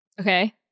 Okay